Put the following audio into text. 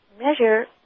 measure